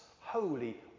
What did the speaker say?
holy